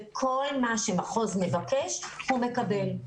כל מה שמחוז מבקש הוא מקבל,